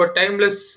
timeless